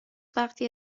وقتی